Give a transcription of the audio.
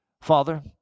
Father